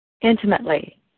intimately